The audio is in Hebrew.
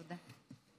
תודה.